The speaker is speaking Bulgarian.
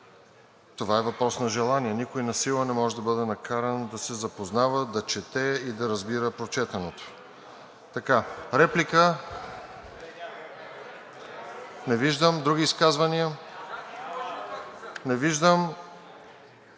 Това е въпрос на желание. Никой насила не може да бъде накаран да се запознава, да чете и да разбира прочетеното. Има ли реплика? Не виждам. Други изказвания? Не виждам.